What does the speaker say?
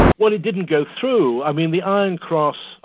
well, it didn't go through. i mean, the iron cross.